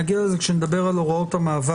נגיע לזה עת נדבר על הוראות המעבר.